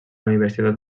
universitat